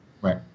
Right